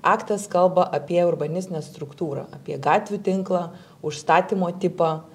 aktas kalba apie urbanistinę struktūrą apie gatvių tinklą užstatymo tipą